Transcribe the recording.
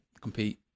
compete